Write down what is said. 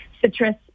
citrus